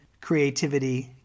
creativity